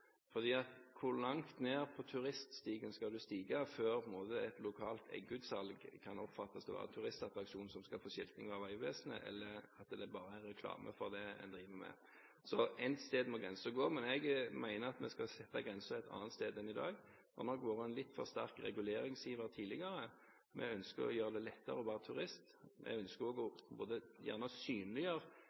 hvor langt ned på turiststigen skal en gå før et lokalt eggutsalg kan oppfattes som en turistattraksjon som skal få skilting av Vegvesenet, eller bare som reklame for det en driver med. Ett sted må grensen gå. Jeg mener at vi skal sette grensen et annet sted enn i dag. Det har nok vært en litt for sterk reguleringsiver tidligere. Vi ønsker å gjøre det lettere å være turist, vi ønsker å